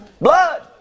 blood